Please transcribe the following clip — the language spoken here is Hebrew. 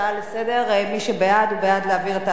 הוא בעד להעביר את ההצעה לוועדת החינוך,